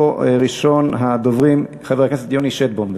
יבוא ראשון הדוברים, חבר הכנסת יוני שטבון.